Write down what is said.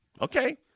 okay